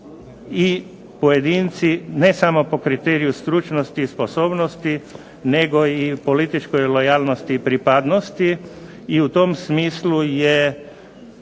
i pojedinci, ne samo po kriteriju stručnosti i sposobnosti, nego i političkoj lojalnosti i pripadnosti, i u tom smislu je